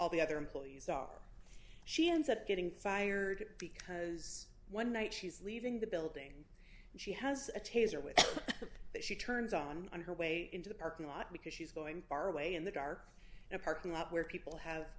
all the other employees are she ends up getting fired because one night she's leaving the building and she has a taser with that she turns on on her way into the parking lot because she's going far away in the dark in a parking lot where people have